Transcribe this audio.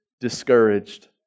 discouraged